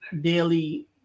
daily